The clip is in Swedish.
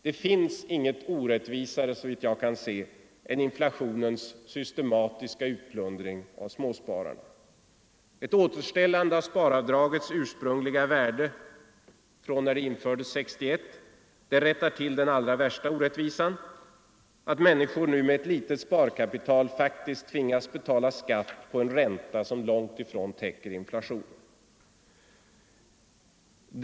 Det finns inget orättvisare såvitt jag kan se än inflationens systematiska utplundring av småspararna. Ett återställande av sparavdragets ursprungliga värde vid tidpunkten för dess införande 1961 rättar till den allra värsta orättvisan — att människor nu med ett litet sparkapital tvingas betala skatt på en ränta som långt ifrån täcker inflationen.